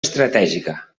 estratègica